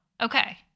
Okay